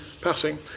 passing